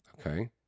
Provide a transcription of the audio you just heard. Okay